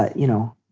ah you know,